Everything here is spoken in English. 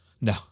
No